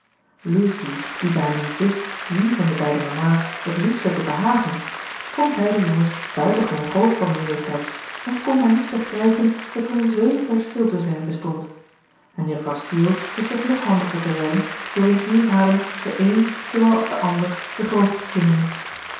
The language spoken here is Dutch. lucy die bijna niet wist wie van de beide mama's het liefste te behagen vond beide jongens buitengewoon groot voor hun leeftijd en kon maar niet begrijpen dat er een zweem verschil tusschen hen bestond en juffrouw steele wist zich nog handiger te redden door in een adem den een zoowel als den ander den grootste te noemen